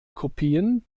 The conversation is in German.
kopien